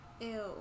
Ew